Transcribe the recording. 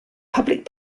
public